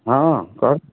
ହଁ କ'ଣ